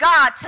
God